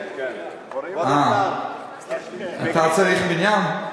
אה, אתה צריך מניין?